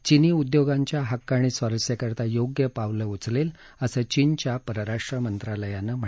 चीनी उद्योगांच्या हक्क आणि स्वारस्याकरता योग्य पावलं उचलेल असं चीनच्या परराष्ट्र मंत्रालयानं म्हटलं आहे